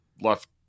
left –